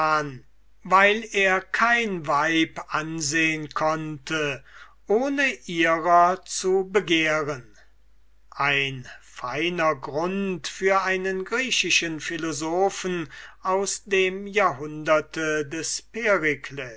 weil er kein weib ansehen konnte ohne ihrer zu begehren ein feiner grund für einen griechischen philosophen aus dem jahrhundert des